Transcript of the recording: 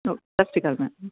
okay Sat Sri Akal ma'am